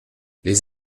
les